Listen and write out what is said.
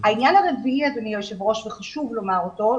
העניין הרביעי, אדוני היושב ראש, שחשוב לומר אותו.